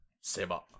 seba